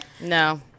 No